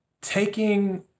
taking